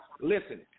Listen